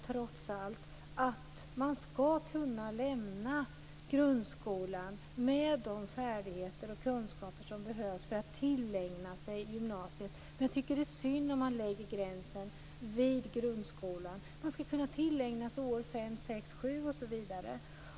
Man skall, trots allt, kunna lämna grundskolan med de färdigheter och kunskaper som behövs för att kunna tillägna sig gymnasiet. Men jag tycker att det är synd om man lägger gränsen vid grundskolan. Man skall kunna tillägna sig årskurs 5, 6, 7 osv.